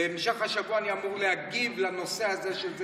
בהמשך השבוע אני אמור להגיב על הנושא הזה.